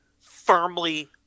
firmly